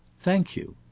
thank you!